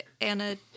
Anna